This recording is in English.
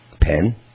pen